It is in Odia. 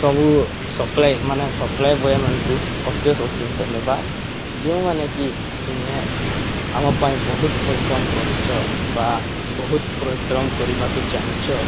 ସବୁ ସପ୍ଲାଏ ମାନେ ସପ୍ଲାଏ ବଏମାନଙ୍କୁ ଅଶେଷ ଅଶେଷ ଧନ୍ୟବାଦ ଯେଉଁମାନେ କି ତୁମେ ଆମ ପାଇଁ ବହୁତ ପରିଶ୍ରମ କରୁଛ ବା ବହୁତ ପରିଶ୍ରମ କରିବାକୁ ଚାହୁଁଛ